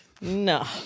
No